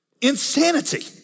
Insanity